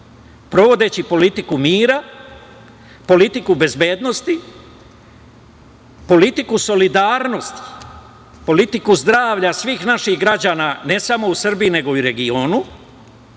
sprovodeći politiku mira, politiku bezbednosti, politiku solidarnosti, politiku zdravlja svih naših građana, ne samo u Srbiji, nego i u regionu,